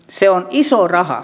se on iso raha